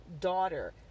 daughter